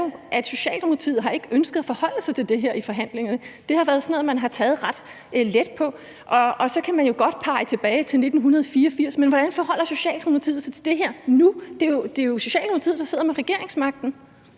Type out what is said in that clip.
at Socialdemokratiet ikke har ønsket at forholde sig til det her i forhandlingerne. Det har været sådan noget, man har taget ret let på, og så kan man jo godt pege tilbage til 1984, men hvordan forholder Socialdemokratiet sig til det her nu? Det er jo Socialdemokratiet, der sidder med regeringsmagten.